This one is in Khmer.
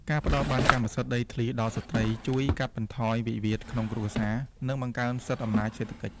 ការផ្ដល់ប័ណ្ណកម្មសិទ្ធិដីធ្លីដល់ស្រ្តី ជួយកាត់បន្ថយវិវាទក្នុងគ្រួសារ និងបង្កើនសិទ្ធិអំណាចសេដ្ឋកិច្ច។